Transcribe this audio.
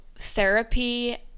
therapy